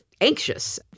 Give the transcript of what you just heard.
Anxious